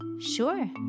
Sure